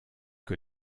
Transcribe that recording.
que